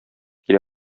килә